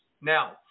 Now